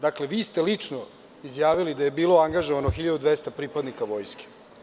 Dakle, vi ste lično izjavili da je bilo angažovano 1.200 pripadnika Vojske.